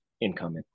income